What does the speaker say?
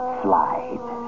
slide